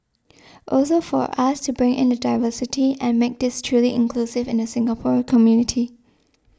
also for us to bring in the diversity and make this truly inclusive in the Singapore community